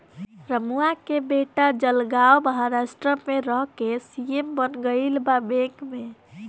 रमुआ के बेटा जलगांव महाराष्ट्र में रह के सी.ए बन गईल बा बैंक में